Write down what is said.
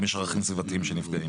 יש לנו כמה תיקונים.